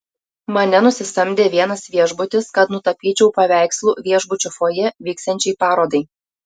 mane nusisamdė vienas viešbutis kad nutapyčiau paveikslų viešbučio fojė vyksiančiai parodai